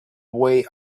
way